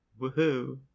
Woohoo